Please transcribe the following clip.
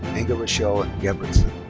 rachelle ah engebretsen.